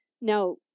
Now